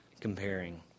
comparing